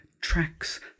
tracks